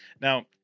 Now